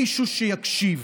מישהו שיקשיב,